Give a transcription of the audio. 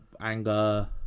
anger